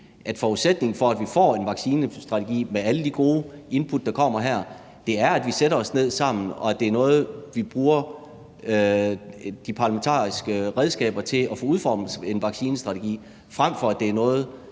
at forudsætningen for, at vi får en vaccinestrategi – med alle de gode input, der kommer her – er, at vi sætter os ned sammen, og at det er noget, vi bruger de parlamentariske redskaber til at få udformet, frem for at det er noget,